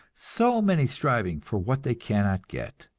so many striving for what they cannot get!